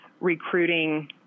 recruiting